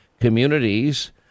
communities